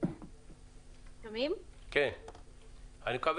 אני רוצה